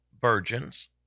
virgins